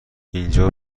اینجا